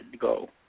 go